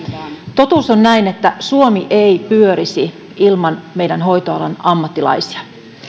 totuus on että suomi ei pyörisi ilman meidän hoitoalan ammattilaisia